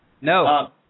No